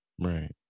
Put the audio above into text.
Right